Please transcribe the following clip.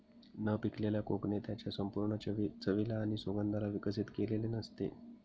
न पिकलेल्या कोकणे त्याच्या संपूर्ण चवीला आणि सुगंधाला विकसित केलेले नसते